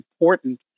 important